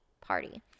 party